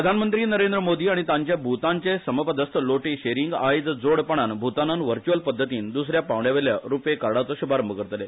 प्रधानमंत्री नरेंद्र मोदी आनी तांचे भूतानचे समपदस्थ लॉटे शेंरींग आयज जोडपणान भूतानान व्हर्च्युअल पध्दतीन द्सऱ्या पावण्यावेल्या रूपे कार्डाचो शुभारंभ करतले